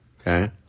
okay